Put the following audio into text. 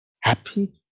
happy